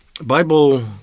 Bible